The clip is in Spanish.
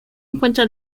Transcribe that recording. encuentra